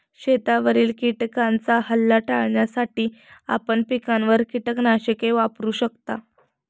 शेतावरील किटकांचा हल्ला टाळण्यासाठी आपण पिकांवर कीटकनाशके वापरू शकता